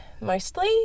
mostly